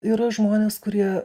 yra žmonės kurie